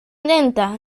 lenta